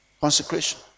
Consecration